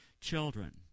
children